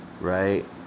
Right